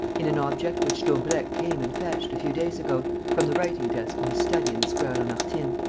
in an object which daubrecq came and fetched, a few days ago, from the writing-desk in his study in the square lamartine,